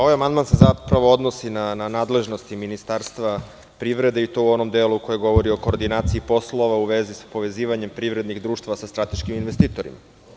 Ovaj amandman se zapravo odnosi na nadležnosti Ministarstva privrede i to u onom delu koji govori o koordinaciji poslova u vezi sa povezivanjem privrednih društava sa strateškim investitorima.